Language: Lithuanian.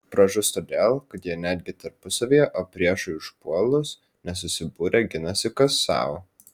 pražus todėl kad jie netgi tarpusavyje o priešui užpuolus nesusibūrę ginasi kas sau